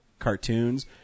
cartoons